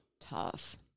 tough